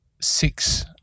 six